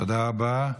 תודה רבה.